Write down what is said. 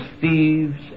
thieves